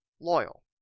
loyal